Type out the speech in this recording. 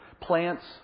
plants